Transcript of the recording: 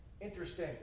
Interesting